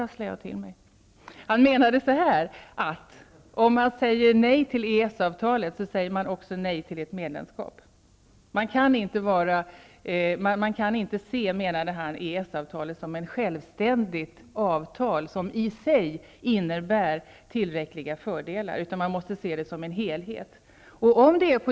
Han menade att om man säger nej till EES-avtalet, så säger man också nej till ett medlemskap. Man kan inte se EES-avtalet som ett självständigt avtal, som i sig innebär tillräckliga fördelar, utan man måste se till helheten.